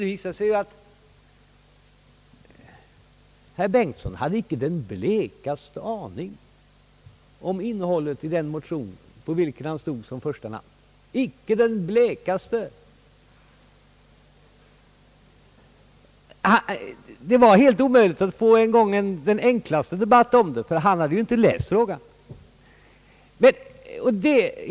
Det visade sig att herr Bengtson inte hade den blekaste aning om innehållet i den motion under vilken han stod som första namn. Icke den blekaste! Det var helt omöjligt att få i gång den enklaste debatt om saken, ty han hade inte läst motionen.